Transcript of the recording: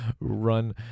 run